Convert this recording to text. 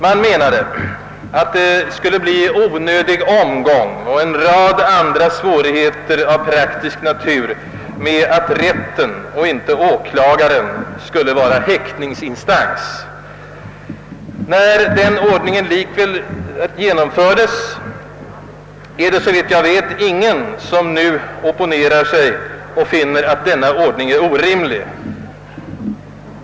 Man menade att det skulle bli en onödig omgång och en rad andra svårigheter av praktisk natur, om rätten och inte åklagaren vore häktningsinstans. Denna ordning genomfördes likväl och det är, såvitt jag vet, ingen som nu opponerar sig och finner att denna ordning är orimlig.